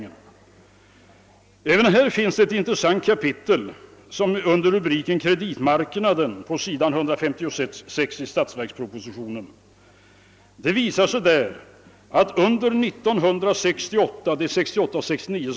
Även angående detta finns det ett intressant kapitel i nationalbudgeten, som börjar på s. 156 under rubriken Kreditmarknaden. Framställningen gäller 1968 och 1969.